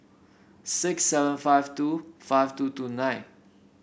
six seven five two five two two nine